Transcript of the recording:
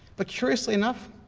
but curiously enough,